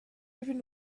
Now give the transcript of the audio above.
even